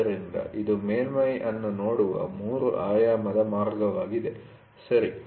ಆದ್ದರಿಂದ ಇದು ಮೇಲ್ಮೈ ಅನ್ನು ನೋಡುವ 3 ಆಯಾಮದ ಮಾರ್ಗವಾಗಿದೆ ಸರಿ